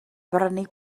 brynu